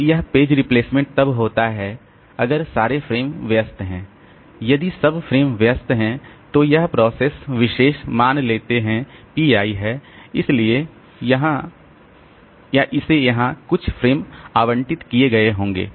तो यह page replacement तब होता है अगर सारे फ्रेम व्यस्त है यदि सभी फ़्रेम व्यस्त है तो यह प्रोसेस विशेष मान लेते हैं Pi है इसलिए इसे यहां कुछ फ्रेम आवंटित किए गए होंगे